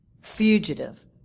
fugitive